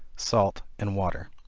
salt and water.